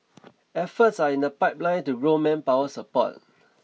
efforts are in the pipeline to grow manpower support